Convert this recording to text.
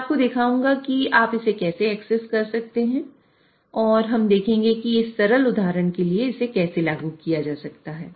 मैं आपको दिखाऊंगा कि आप इसे कैसे एक्सेस कर सकते हैं और हम देखेंगे कि इस सरल उदाहरण के लिए इसे कैसे लागू किया जा सकता है